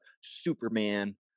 superman